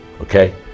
okay